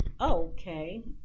Okay